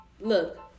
look